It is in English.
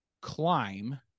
Climb